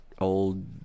old